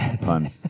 Pun